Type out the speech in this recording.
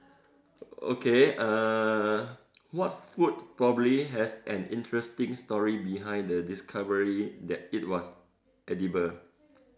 okay uh what food probably has an interesting story behind the discovery that it was edible